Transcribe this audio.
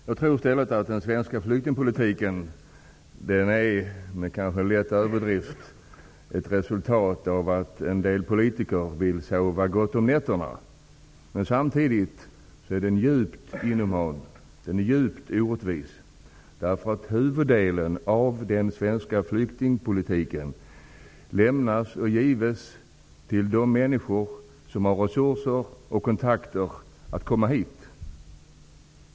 Jag tror att den svenska flyktingpolitiken med en lätt överdrift kan sägas vara ett resultat av att en del politiker vill sova gott om nätterna. Men samtidigt är den djupt inhuman och orättvis -- huvuddelen av den svenska flyktinghjälpen ges nämligen till de människor som har sådana resurser och kontakter att de kan komma hit.